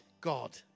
God